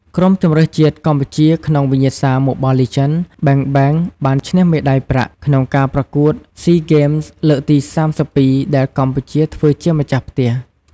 ក្រុមជម្រើសជាតិកម្ពុជាក្នុងវិញ្ញាសា Mobile Legends: Bang Bang បានឈ្នះមេដៃប្រាក់ ក្នុងការប្រកួត SEA Games លើកទី៣២ ដែលកម្ពុជាធ្វើជាម្ចាស់ផ្ទះ។